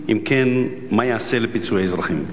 3. אם כן, מה ייעשה לפיצוי האזרחים?